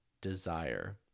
desire